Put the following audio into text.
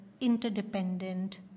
interdependent